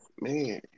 man